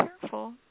careful